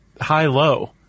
high-low